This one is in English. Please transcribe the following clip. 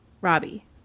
Robbie